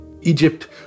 Egypt